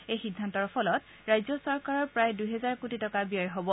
এই সিদ্ধান্তৰ ফলত ৰাজ্য চৰকাৰৰ প্ৰায় দুহেজাৰ কোটি টকা ব্যয় হ'ব